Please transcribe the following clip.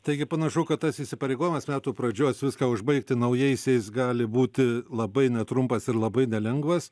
taigi panašu kad tas įsipareigojimas metų pradžios viską užbaigti naujaisiais gali būti labai netrumpas ir labai nelengvas